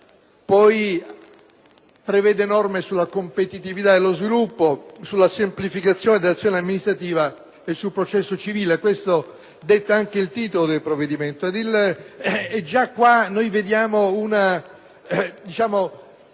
esso prevede poi norme sulla competitività e lo sviluppo, sulla semplificazione dell'azione amministrativa e sul processo civile; questo detta il titolo del provvedimento.